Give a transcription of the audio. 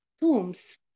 tombs